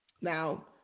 Now